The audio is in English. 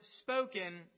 spoken